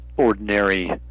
ordinary